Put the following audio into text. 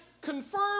confirm